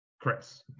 Chris